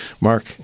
mark